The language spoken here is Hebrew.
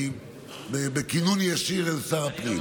אני בכינון ישיר אל שר הפנים.